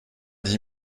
dix